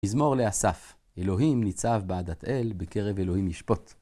מזמור לאסף, אלוהים ניצב בעדת אל בקרב אלוהים ישפוט.